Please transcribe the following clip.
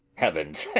heavens!